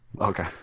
Okay